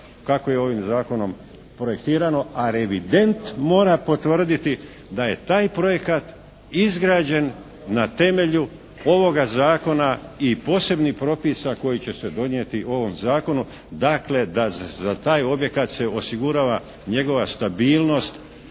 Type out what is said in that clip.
kako je ovim Zakonom projektirano, a revident mora potvrditi da je taj projekat izgrađen na temelju ovoga Zakona i posebnih propisa koji će se donijeti u ovom Zakonu, dakle da za taj objekat se osigurava njegova stabilnost